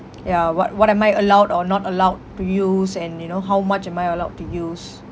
ya what what am I allowed or not allowed to use and you know how much am I allowed to use